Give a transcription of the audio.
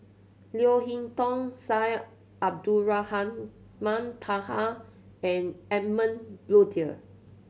Leo Hee Tong Syed Abdulrahman Taha and Edmund Blundell